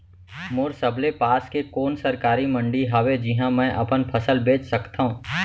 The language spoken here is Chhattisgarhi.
मोर सबले पास के कोन सरकारी मंडी हावे जिहां मैं अपन फसल बेच सकथव?